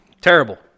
terrible